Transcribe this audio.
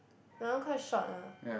that one quite short ah